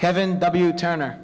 kevin w turner